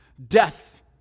Death